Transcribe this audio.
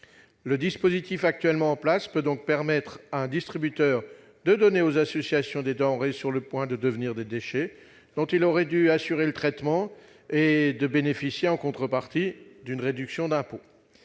Le dispositif en vigueur permet donc à un distributeur de donner aux associations des denrées qui sont sur le point de devenir des déchets, dont il aurait dû assurer le traitement, et de bénéficier en contrepartie d'une réduction d'impôts